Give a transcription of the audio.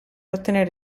ottenere